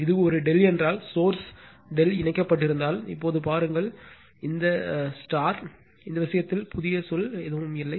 இது ஒரு ∆ என்றால் சோர்ஸ் ∆ இணைக்கப்பட்டிருந்தால் இப்போது பாருங்கள் இந்த விஷயத்தில் புதிய சொல் இல்லை